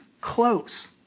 close